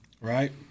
Right